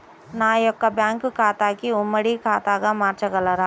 నా యొక్క బ్యాంకు ఖాతాని ఉమ్మడి ఖాతాగా మార్చగలరా?